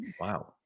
Wow